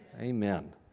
Amen